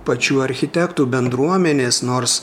pačių architektų bendruomenės nors